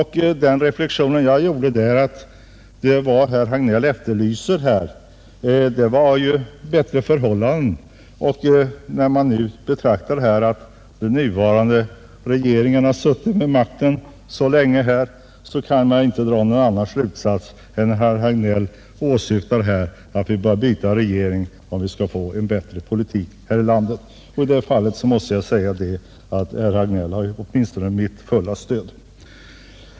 Herr Hagnell efterlyser bättre förhållanden. Om man betänker att den nuvarande regeringen suttit vid makten så lång tid, kan man inte dra någon annan slutsats än att herr Hagnell åsyftar att vi bör byta regering, därest vi skall få en bättre politik här i landet. I det fallet har herr Hagnell mitt fulla stöd.